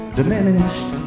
diminished